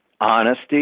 honesty